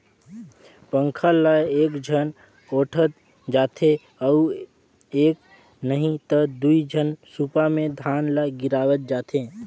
पंखा ल एकझन ओटंत जाथे अउ एक नही त दुई झन सूपा मे धान ल गिरावत जाथें